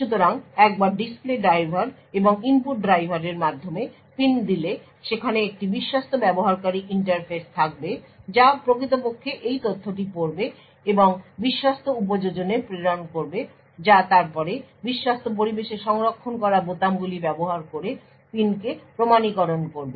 সুতরাং একবার display driver এবং ইনপুট ড্রাইভারের মাধ্যমে পিন দিলে সেখানে একটি বিশ্বস্ত ব্যবহারকারী ইন্টারফেস থাকবে যা প্রকৃতপক্ষে এই তথ্যটি পড়বে এবং বিশ্বস্ত উপযোজনে প্রেরণ করবে যা তারপরে বিশ্বস্ত পরিবেশে সংরক্ষণ করা বোতামগুলি ব্যবহার করে পিনকে প্রমাণীকরণ করবে